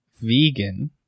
vegan